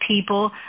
people